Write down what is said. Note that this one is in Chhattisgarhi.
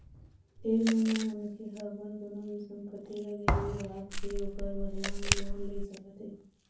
ए लोन म मनखे ह अपन कोनो भी संपत्ति ल गिरवी राखके ओखर बदला म लोन ले सकत हे